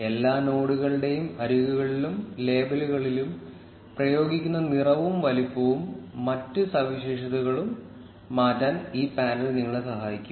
എല്ലാ നോഡുകളുടെയും അരികുകളിലും ലേബലുകളിലും പ്രയോഗിക്കുന്ന നിറവും വലുപ്പവും മറ്റ് സവിശേഷതകളും മാറ്റാൻ ഈ പാനൽ നിങ്ങളെ സഹായിക്കും